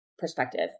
Perspective